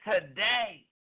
today